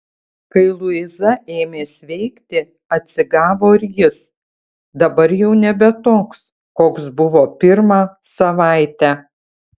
kai luiza ėmė sveikti atsigavo ir jis dabar jau nebe toks koks buvo pirmą savaitę